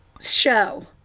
show